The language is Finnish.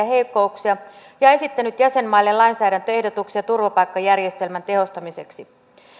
heikkouksia ja esittänyt jäsenmaille lainsäädäntöehdotuksia turvapaikkajärjestelmän tehostamiseksi